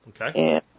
Okay